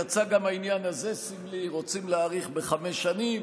יצא גם העניין הזה סמלי: רוצים להאריך בחמש שנים,